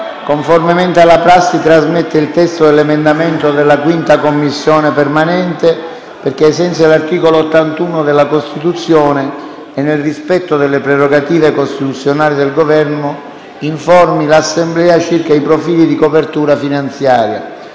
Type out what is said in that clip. Conformemente alla prassi, trasmette il testo dell'emendamento alla 5a Commissione permanente perché, ai sensi dell'articolo 81 della Costituzione e nel rispetto delle prerogative costituzionali del Governo, informi l'Assemblea circa i profili di copertura finanziaria.